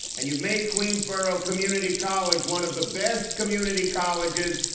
and you've made queensborough community college one of the best community colleges,